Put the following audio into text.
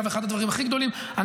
זה,